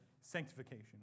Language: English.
sanctification